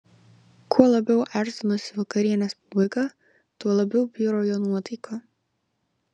kuo labiau artinosi vakarienės pabaiga tuo labiau bjuro jo nuotaika